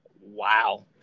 Wow